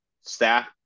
staff